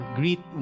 greet